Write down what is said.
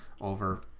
over